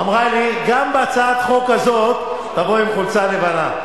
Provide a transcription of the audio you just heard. אמרה לי: גם להצעת החוק הזאת תבוא בחולצה לבנה.